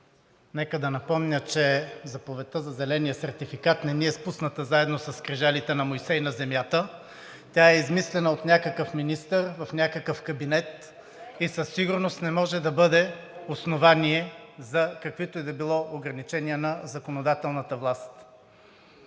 Нека да напомня, че заповедта за зеления сертификат не ни е спусната заедно със скрижалите на Мойсей на земята. Тя е измислена от някакъв министър, в някакъв кабинет, и със сигурност не може да бъде основание за каквито и да било ограничения на законодателната власт.